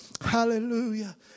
Hallelujah